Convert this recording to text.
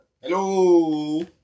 Hello